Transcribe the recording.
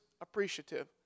appreciative